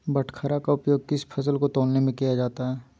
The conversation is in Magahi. बाटखरा का उपयोग किस फसल को तौलने में किया जाता है?